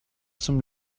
zum